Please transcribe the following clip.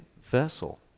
vessel